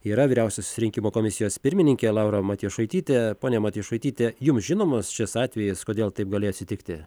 yra vyriausiosios rinkimų komisijos pirmininkė laura matjošaitytė ponia matjošaityte jum žinomas šis atvejis kodėl taip galėjo atsitikti